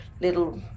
little